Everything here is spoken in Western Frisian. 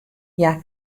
hja